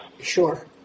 Sure